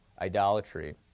idolatry